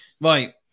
Right